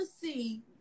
see